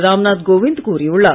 ராம் நாத் கோவிந்த் கூறியுள்ளார்